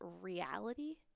reality-